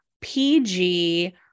PG